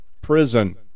prison